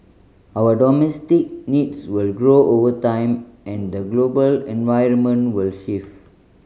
our domestic needs will grow over time and the global environment will shift